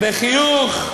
בחיוך.